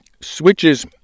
switches